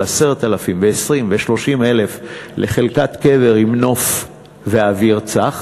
10,000 ו-20,000 ו-30,000 לחלקת קבר עם נוף ואוויר צח,